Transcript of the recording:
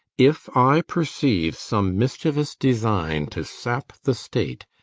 if i perceive some mischievous design to sap the state,